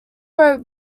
wrote